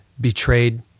betrayed